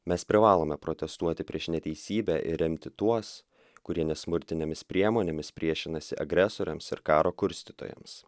mes privalome protestuoti prieš neteisybę ir remti tuos kurie nesmurtinėmis priemonėmis priešinasi agresoriams ir karo kurstytojams